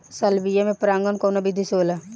Salvia में परागण कउना विधि से होला?